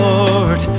Lord